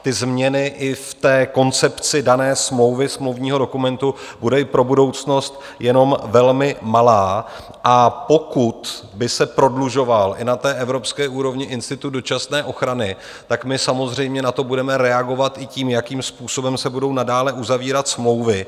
Ty změny i v té koncepci dané smlouvy, smluvního dokumentu, budou i pro budoucnost jenom velmi malé, a pokud by se prodlužoval i na evropské úrovni institut dočasné ochrany, tak my samozřejmě na to budeme reagovat i tím, jakým způsobem se budou nadále uzavírat smlouvy.